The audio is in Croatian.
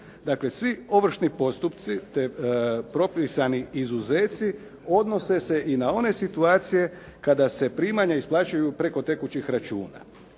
Dakle, svi ovršni postupci te propisani izuzeci odnose se i na one situacije kada se primanja isplaćuju preko tekućih računa.